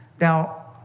Now